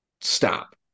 stop